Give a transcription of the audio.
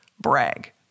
brag